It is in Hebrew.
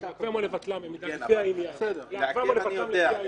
זו פגיעה לדעתנו שלא תשנה את השוק,